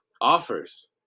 offers